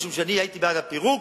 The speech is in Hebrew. משום שאני הייתי בעד הפירוק,